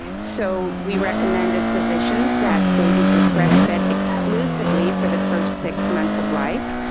so we recommend as physicians that babies are breastfed exclusively for the first six months of life.